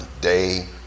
day